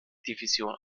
division